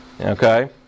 Okay